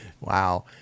Wow